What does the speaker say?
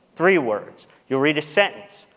three words you'll read a sentence,